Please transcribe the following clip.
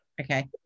okay